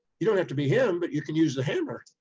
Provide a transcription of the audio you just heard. you don't have to be him, but you can use the hammer,